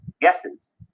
guesses